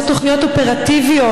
לעשות תוכניות אופרטיביות,